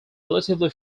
relatively